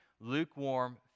lukewarm